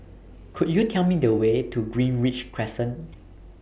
Could YOU Tell Me The Way to Greenridge Crescent